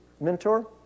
mentor